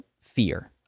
fear